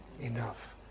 enough